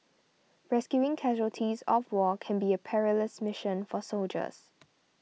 rescuing casualties of war can be a perilous mission for soldiers